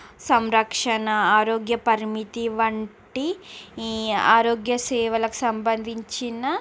సంరక్షణ ఆరోగ్య పరిమితి వంటి ఈ ఆరోగ్య సేవలకు సంబంధించిన